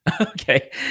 Okay